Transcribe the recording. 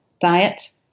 diet